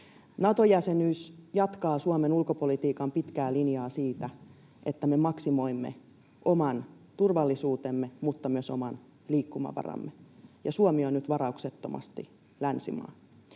Nato-jäsenyys jatkaa Suomen ulkopolitiikan pitkää linjaa siitä, että me maksimoimme oman turvallisuutemme, mutta myös oman liikkumavaramme — Suomi on nyt varauksettomasti länsimaa.